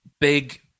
big